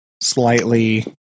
slightly